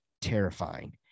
terrifying